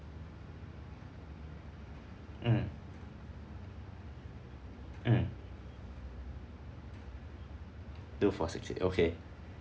mm mm two four six three okay